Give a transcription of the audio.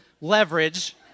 leverage